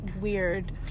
weird